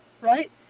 right